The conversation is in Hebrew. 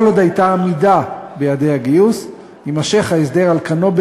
כל עוד הייתה עמידה ביעדי הגיוס יימשך ההסדר על כנו,